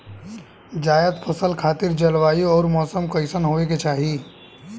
जायद फसल खातिर जलवायु अउर मौसम कइसन होवे के चाही?